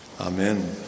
Amen